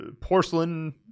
porcelain